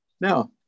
Now